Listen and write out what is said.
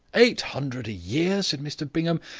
eight hundred a year! said mr bingham,